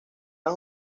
las